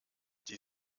die